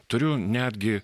turiu netgi